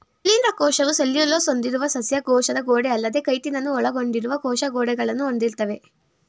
ಶಿಲೀಂಧ್ರ ಕೋಶವು ಸೆಲ್ಯುಲೋಸ್ ಹೊಂದಿರುವ ಸಸ್ಯ ಕೋಶದ ಗೋಡೆಅಲ್ಲದೇ ಕೈಟಿನನ್ನು ಒಳಗೊಂಡಿರುವ ಕೋಶ ಗೋಡೆಗಳನ್ನು ಹೊಂದಿರ್ತವೆ